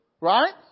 right